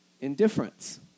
indifference